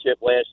last